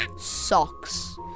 socks